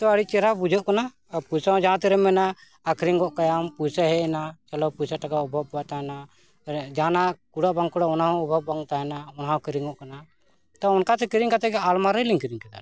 ᱛᱚ ᱟᱹᱰᱤ ᱪᱮᱨᱦᱟ ᱵᱩᱡᱷᱟᱹᱜ ᱠᱟᱱᱟ ᱟᱨ ᱯᱚᱭᱥᱟ ᱦᱚᱸ ᱡᱟᱦᱟᱸ ᱛᱤᱨᱮᱢ ᱢᱮᱱᱟ ᱟᱹᱠᱷᱨᱤᱧ ᱜᱚᱫ ᱠᱟᱭᱟᱢ ᱯᱚᱭᱥᱟ ᱦᱮᱡ ᱮᱱᱟ ᱪᱟᱞᱟᱜ ᱯᱚᱭᱥᱟ ᱴᱟᱠᱟ ᱚᱵᱚᱵ ᱵᱟ ᱛᱟᱦᱮᱱᱟ ᱡᱟᱦᱟᱱᱟᱜ ᱠᱩᱲᱟᱹᱜ ᱵᱟᱝ ᱠᱚᱲᱟ ᱚᱱᱟᱦᱚᱸ ᱚᱵᱷᱟᱵᱽ ᱵᱟᱝ ᱛᱟᱦᱮᱱᱟ ᱚᱱᱟᱦᱚᱸ ᱠᱤᱨᱤᱧᱚᱜ ᱠᱟᱱᱟ ᱛᱚ ᱚᱱᱠᱟᱛᱮ ᱠᱤᱨᱤᱧ ᱠᱟᱛᱮᱜᱮ ᱟᱞᱢᱟᱨᱤ ᱞᱤᱧ ᱠᱤᱨᱤᱧ ᱠᱮᱫᱟ ᱞᱤᱧ